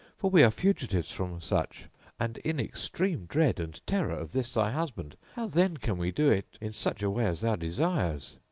for we are fugitives from such and in extreme dread and terror of this thy husband. how then can we do it in such a way as thou desires?